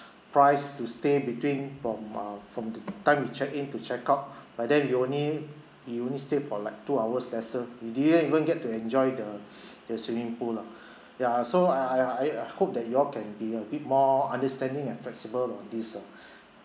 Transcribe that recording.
price to stay between from uh from the time you check in to checkout but then you only you only stay for like two hours lesser we didn't even get to enjoy the the swimming pool lah ya so I I I hope that you all can be a bit more understanding and flexible on this ah